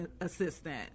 assistant